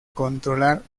controlar